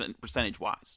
percentage-wise